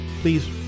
please